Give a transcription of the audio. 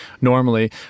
normally